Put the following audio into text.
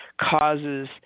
causes